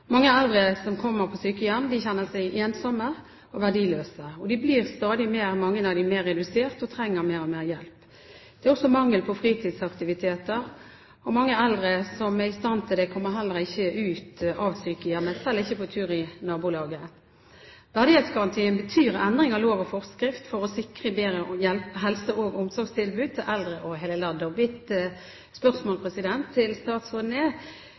Mange eldre som kommer på sykehjem, kjenner seg ensomme og verdiløse, og mange av dem blir stadig mer redusert og trenger mer og mer hjelp. Det er også mangel på fritidsaktiviteter, og mange eldre som er i stand til det, kommer heller ikke ut av sykehjemmet – selv ikke på tur i nabolaget. Verdighetsgarantien betyr en endring av lov og forskrift for å sikre bedre helse- og omsorgstilbud til eldre over hele landet. Mitt spørsmål til statsråden er: